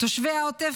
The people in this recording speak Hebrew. תושבי העוטף,